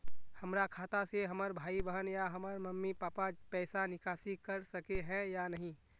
हमरा खाता से हमर भाई बहन या हमर मम्मी पापा पैसा निकासी कर सके है या नहीं?